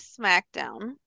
SmackDown